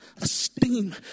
esteem